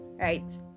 right